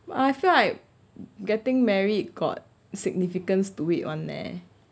but I feel like getting married got significance to it [one] leh